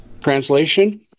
Translation